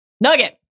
Nugget